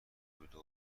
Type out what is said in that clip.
بوده